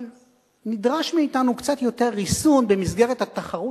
אבל נדרש מאתנו קצת יותר ריסון במסגרת התחרות